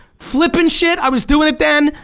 flipping shit, i was doing it then,